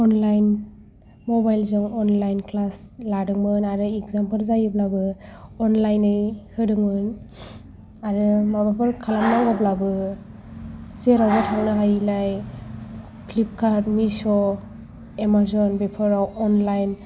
online mobile जों online class लादोंमोन आरो एक्जाम फोर जायोब्लाबो अनलाइन होदोंमोन आरो माबाफोर खालामनांगौब्लाबो जेरावबो थांनो हायिलाय फ्लिपकार्ट मिस' एमाज'न बेफोराव अनलाइन